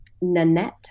Nanette